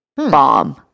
Bomb